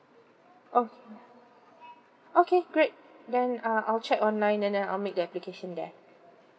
oh okay great then uh I'll check online and then I'll make the application there